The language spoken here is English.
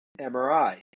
MRI